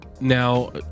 now